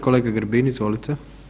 Kolega Grbin izvolite.